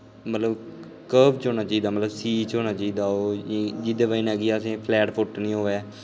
मतलब कर्व च होना चाहिदा मतलब सी च होना चाहिदा जेह्दै बजह् कन्नै मतलब कि असें फलैट फुट निं होऐ